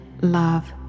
love